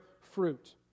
fruit